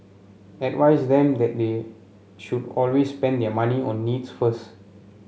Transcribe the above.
advise them that they should always spend their money on needs first